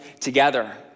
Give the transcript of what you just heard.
together